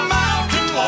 mountain